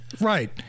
Right